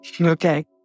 Okay